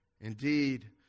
Indeed